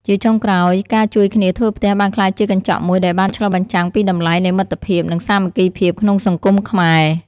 ជាចុងក្រោយ ការជួយគ្នាធ្វើផ្ទះបានក្លាយជាកញ្ចក់មួយដែលបានឆ្លុះបញ្ចាំងពីតម្លៃនៃមិត្តភាពនិងសាមគ្គីភាពក្នុងសង្គមខ្មែរ។